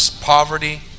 Poverty